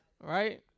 Right